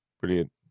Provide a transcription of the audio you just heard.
brilliant